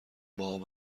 باهام